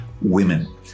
women